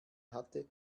hatte